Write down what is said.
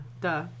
Duh